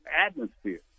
atmosphere